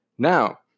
Now